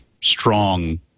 strong